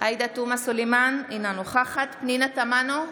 עאידה תומא סלימאן, אינה נוכחת פנינה תמנו,